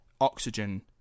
oxygen